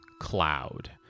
cloud